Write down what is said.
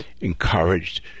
Encouraged